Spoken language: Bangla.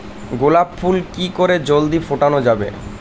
গোলাপ ফুল কি করে জলদি ফোটানো যাবে?